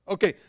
Okay